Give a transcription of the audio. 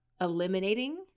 eliminating